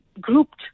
grouped